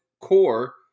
core